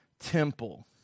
temple